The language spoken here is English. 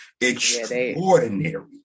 extraordinary